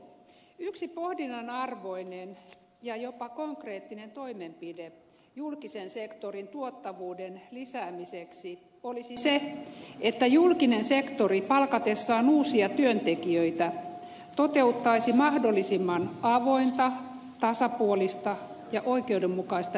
yksi pohdinnan arvoinen ja jopa konkreettinen toimenpide julkisen sektorin tuottavuuden lisäämiseksi olisi se että julkinen sektori palkatessaan uusia työntekijöitä toteuttaisi mahdollisimman avointa tasapuolista ja oikeudenmukaista rekrytointipolitiikkaa